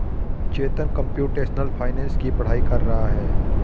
चेतन computational finance की पढ़ाई कर रहा है